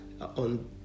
on